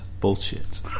bullshit